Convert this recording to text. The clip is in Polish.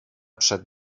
przed